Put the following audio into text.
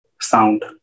sound